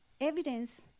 evidence